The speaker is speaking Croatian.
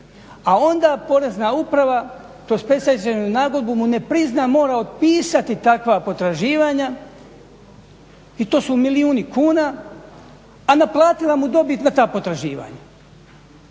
a onda Porezna uprava tu predstečajnu nagodbu mu ne prizna. Mora otpisati takva potraživanja i to su milijuni kuna, a naplatila mu dobit na ta potraživanja.